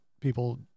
people